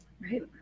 Right